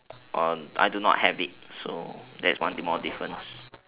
on I do not have it so that's one more difference